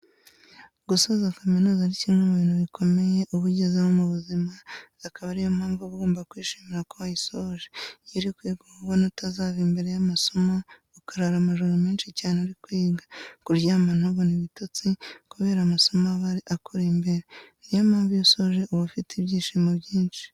Gusoza kaminuza ni kimwe mu bintu bikomeye uba ugezeho mu buzima, akaba ari yo mpamvu uba ugomba kwishimira ko wayisoje. Iyo uri kwiga uba ubona utazava imbere y'amasomo, ukarara amajoro menshi cyane uri kwiga, kuryama ntubone ibtotsi kubera amasomo aba akuri imbere, niyo mpamvu iyo usoje uba ufite ibyishimo byinshi.